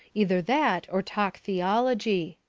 either that or talk theology.